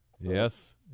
Yes